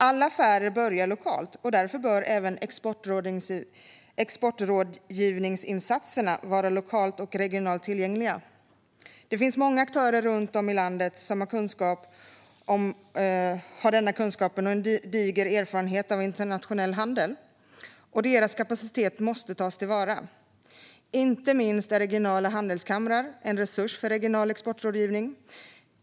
Alla affärer börjar lokalt, och därför bör även exportrådgivningsinsatserna vara lokalt och regionalt tillgängliga. Det finns många aktörer runt om i landet som har kunskap om och en diger erfarenhet av internationell handel. Deras kapacitet måste tas till vara. Inte minst är regionala handelskamrar en resurs för regional exportrådgivning.